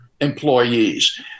employees